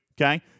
okay